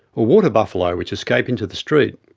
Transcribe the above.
or water buffalo which escape into the street.